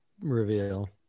reveal